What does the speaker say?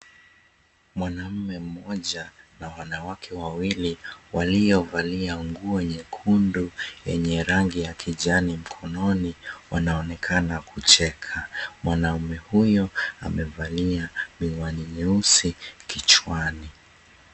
Mwanamume mmoja na wanawake wawili waliovalia nguo nyekundu yenye rangi ya kijani mkononi, wanaonekana kucheka. Mwanamume huyo amevalia miwani nyeusi kichwani.